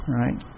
right